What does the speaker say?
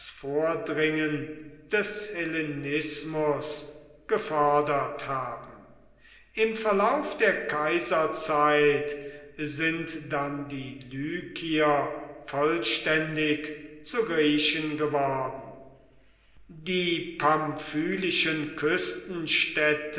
vordringen des hellenismus gefördert haben im verlauf der kaiserzeit sind dann die lykier vollständig zu griechen geworden die pamphylischen